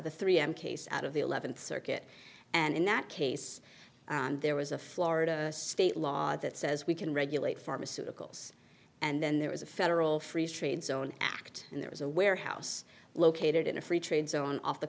the three m case out of the eleventh circuit and in that case there was a florida state law that says we can regulate pharmaceuticals and then there is a federal free trade zone act and there was a warehouse located in a free trade zone off the